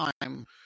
time